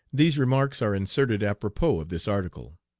these remarks are inserted apropos of this article.